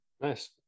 Nice